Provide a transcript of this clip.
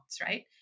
right